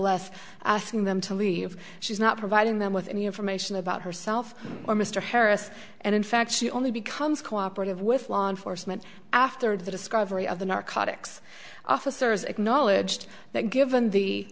nonetheless asking them to leave she's not providing them with any information about herself or mr harris and in fact she only becomes cooperative with law enforcement after the discovery of the narcotics officers acknowledged that given the